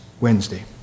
wednesday